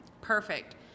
perfect